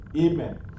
Amen